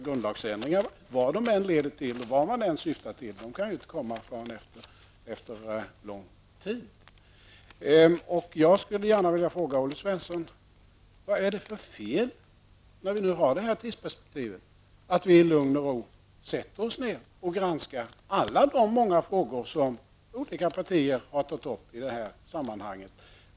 Grundlagsändringar, vad de än syftar till och leder till, kan det bli först efter lång tid. Vad är det för fel, Olle Svensson, att med detta tidsperspektiv för ögonen i lugn och ro sätta sig ned och granska de olika frågor som partierna har fört fram i detta sammanhang.